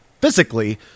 physically